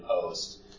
post